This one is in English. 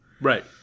Right